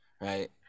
Right